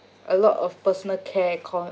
a lot of personal care